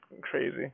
crazy